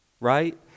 right